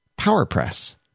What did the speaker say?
PowerPress